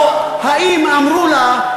או האם אמרו לה,